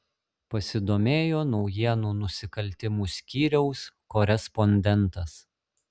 pasidomėjo naujienų nusikaltimų skyriaus korespondentas